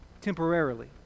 Temporarily